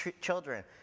children